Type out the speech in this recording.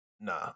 Nah